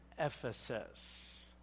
Ephesus